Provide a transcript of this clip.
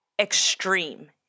extreme